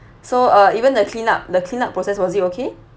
so uh even the cleanup the cleanup process was it okay